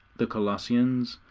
the colossians,